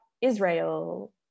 israel